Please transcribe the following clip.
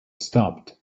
stopped